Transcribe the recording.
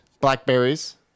Blackberries